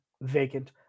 vacant